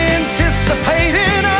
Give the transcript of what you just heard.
anticipating